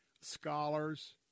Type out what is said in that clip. scholars